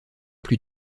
plus